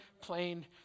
plain